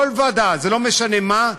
כל ועדה, לא משנה מה,